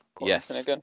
Yes